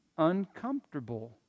uncomfortable